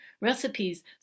recipes